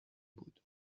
بود